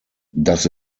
does